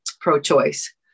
pro-choice